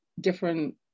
different